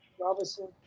Robinson